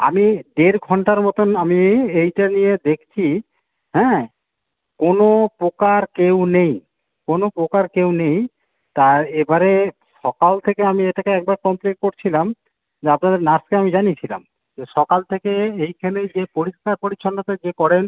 আমি দেড় ঘন্টার মতন আমি এইটা নিয়ে দেখছি হ্যাঁ কোনো প্রকার কেউ নেই কোনো প্রকার কেউ নেই তা এবারে সকাল থেকে আমি এটাকে একবার কমপ্লেন করছিলাম যে আপনাদের নার্সকে আমি জানিয়েছিলাম যে সকাল থেকেই এইখানে যে পরিষ্কার পরিচ্ছন্নতা যে করেন